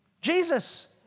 Jesus